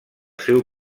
seu